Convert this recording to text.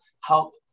help